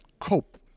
Cope